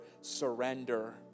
surrender